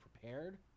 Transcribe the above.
prepared